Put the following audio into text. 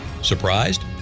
Surprised